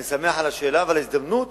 אני שמח על השאלה ועל ההזדמנות